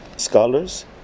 scholars